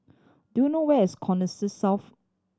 do you know where's Connexis South